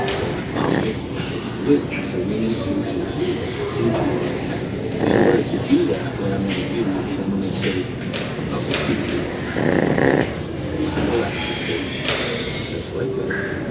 well, an optic has weight. so we need to include that into our test. in order to do that, what i'm gonna do is i'm gonna take a couple pieces of black electrical tape just like this,